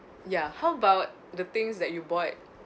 ya how about the things that you bought